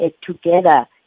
together